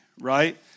right